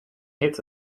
hits